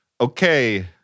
okay